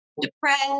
depressed